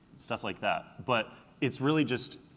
stuff like that. but it's really just,